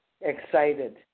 excited